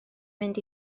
mynd